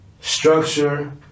Structure